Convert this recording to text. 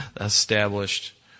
established